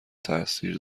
تاثیر